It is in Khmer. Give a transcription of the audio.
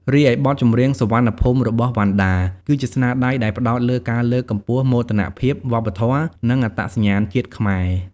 រីឯបទចម្រៀង "សុវណ្ណភូមិ"របស់វណ្ណដា គឺជាស្នាដៃដែលផ្តោតលើការលើកកម្ពស់មោទនភាពវប្បធម៌ និងអត្តសញ្ញាណជាតិខ្មែរ។